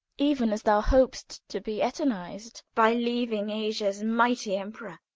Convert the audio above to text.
even as thou hop'st to be eternized by living asia's mighty emperor.